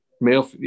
male